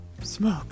Smoke